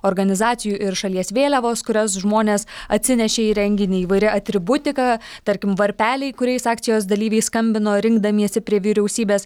organizacijų ir šalies vėliavos kurias žmonės atsinešė į renginį įvairi atributika tarkim varpeliai kuriais akcijos dalyviai skambino rinkdamiesi prie vyriausybės